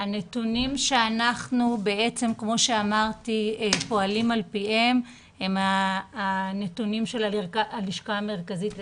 הנתונים שאנחנו פועלים על פיהם הם הנתונים של הלשכה המרכזית לסטטיסטיקה,